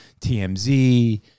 tmz